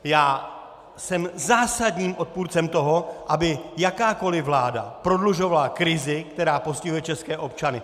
Já jsem zásadním odpůrcem toho, aby jakákoli vláda prodlužovala krizi, která postihuje české občany!